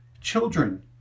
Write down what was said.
children